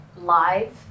live